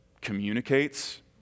communicates